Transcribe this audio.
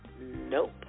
Nope